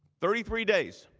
thirty three days.